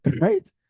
Right